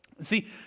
See